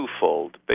twofold